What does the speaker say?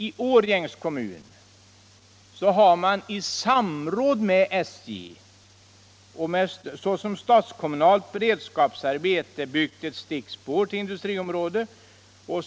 I Årjängs kommun har man i samråd med SJ och såsom statskommunalt beredskapsarbete byggt ett stickspår till ett industriområde.